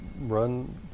run